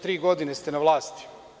Tri godine ste na vlasti.